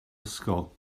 ysgol